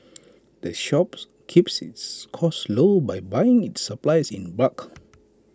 the shop keeps its costs low by buying its supplies in bulk